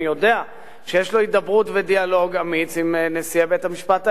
אני יודע שיש לו הידברות ודיאלוג אמיץ עם נשיאי בית-המשפט העליון,